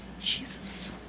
Jesus